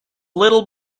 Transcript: little